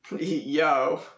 Yo